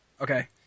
Okay